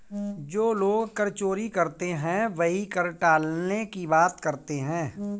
जो लोग कर चोरी करते हैं वही कर टालने की बात करते हैं